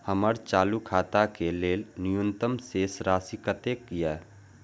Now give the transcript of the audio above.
हमर चालू खाता के लेल न्यूनतम शेष राशि कतेक या?